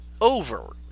over